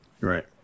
right